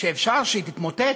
שאפשר שהיא תתמוטט,